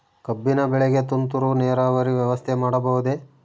ಕಬ್ಬಿನ ಬೆಳೆಗೆ ತುಂತುರು ನೇರಾವರಿ ವ್ಯವಸ್ಥೆ ಮಾಡಬಹುದೇ?